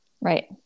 Right